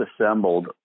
assembled